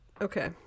Okay